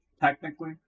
technically